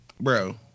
Bro